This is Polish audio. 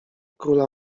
króla